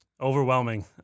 Overwhelming